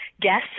guests